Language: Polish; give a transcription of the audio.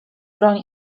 broń